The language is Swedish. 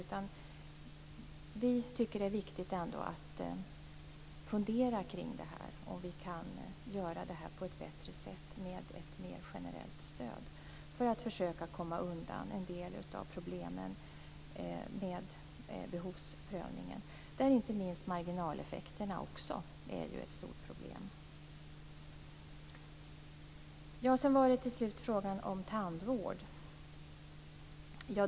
Vi tycker ändå att det är viktigt att fundera på om vi kan göra det här på ett bättre sätt med ett mer generellt stöd för att försöka komma undan en del av problemen med behovsprövningen. Där är ju inte minst marginaleffekterna också ett stort problem. Till slut var det frågan om tandvård.